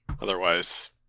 Otherwise